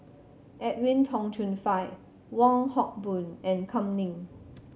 Edwin Tong Chun Fai Wong Hock Boon and Kam Ning